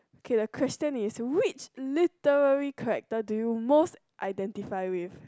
okay the question is which literally character do you most identify with